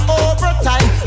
overtime